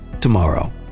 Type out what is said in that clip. tomorrow